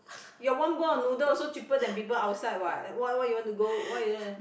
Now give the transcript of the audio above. ya one bowl of noodle also cheaper than people outside what what what you want to go what you want to